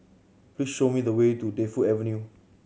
please show me the way to Defu Avenue